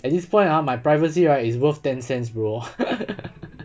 at this point ah my privacy right is worth ten cents bro